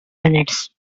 minutes